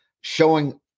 showing